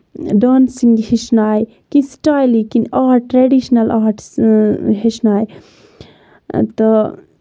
dancing ہٮ۪چھنایہِ کہِ سِٹایِلہٕ کِنۍ آرٹ ٹریٚڈِشنَل آڑٹٕس ہٮ۪چھنایہِ تہٕ